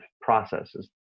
processes